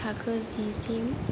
थाखोजिसिम